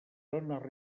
zones